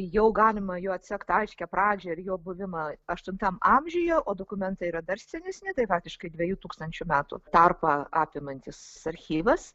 jau galima jų atsekt aiškią pradžią ir jo buvimą aštuntam amžiuje o dokumentai yra dar senesni tai faktiškai dviejų tūkstančių metų tarpą apimantis archyvas